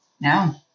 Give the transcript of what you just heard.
No